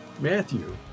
Matthew